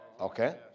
Okay